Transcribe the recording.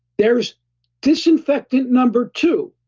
there's disinfectant number two.